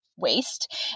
waste